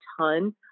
ton